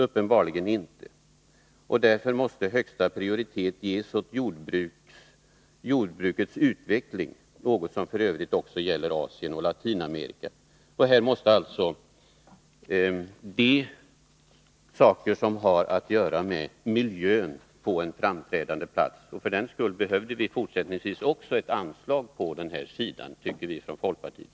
Uppenbarligen inte.” Därför måste högsta prioritet ges åt jordbrukets utveckling, något som f. ö. också gäller för Asien och Latinamerika. Här måste alltså de saker som har att göra med miljön få en framträdande plats. För den skull behövde vi även fortsättningsvis ett anslag på den här sidan, tycker vi inom folkpartiet.